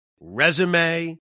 resume